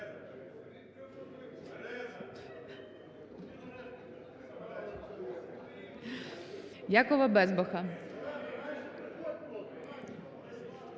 Дякую